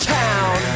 town